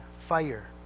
fire